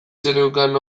zeneukan